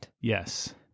Yes